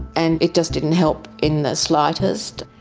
and it just didn't help in the slightest.